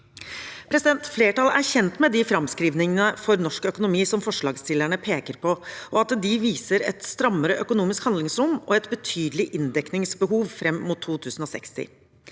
lenge. Flertallet er kjent med de framskrivningene for norsk økonomi som forslagsstillerne peker på, og at de viser et strammere økonomisk handlingsrom og et betydelig inndekningsbehov fram mot 2060.